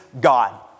God